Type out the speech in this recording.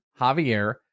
Javier